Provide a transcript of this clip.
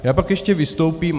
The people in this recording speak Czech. Já pak ještě vystoupím.